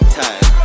time